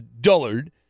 dullard